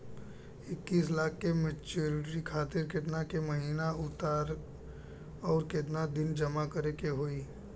इक्कीस लाख के मचुरिती खातिर केतना के महीना आउरकेतना दिन जमा करे के होई?